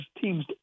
teams